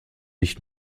nicht